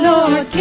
Lord